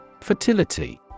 Fertility